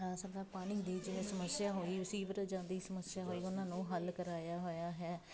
ਪਾਣੀ ਦੀ ਜਿਵੇਂ ਸਮੱਸਿਆ ਹੋਈ ਸੀਵਰੇਜਾਂ ਦੀ ਸਮੱਸਿਆ ਹੋਈ ਉਹਨਾਂ ਨੂੰ ਹੱਲ ਕਰਵਾਇਆ ਹੋਇਆ ਹੈ